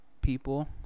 people